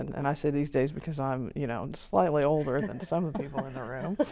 and and i say these days because i'm, you know, slightly older than some people in the room,